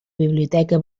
biblioteca